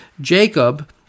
Jacob